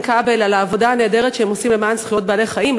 כבל על העבודה הנהדרת שהם עושים למען זכויות בעלי-החיים,